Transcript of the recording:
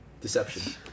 deception